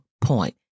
point